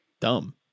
dumb